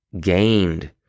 gained